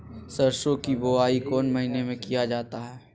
सरसो की बोआई कौन महीने में किया जाता है?